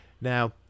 Now